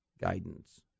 guidance